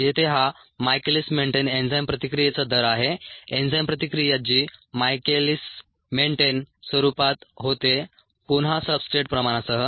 येथे हा Michaelis Menten enzyme प्रतिक्रियेचा दर आहे एन्झाइम प्रतिक्रिया जी मायकेलीस मेन्टेन स्वरूपात होते पुन्हा सब्सट्रेट प्रमाणासह